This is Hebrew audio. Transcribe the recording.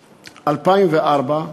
2004,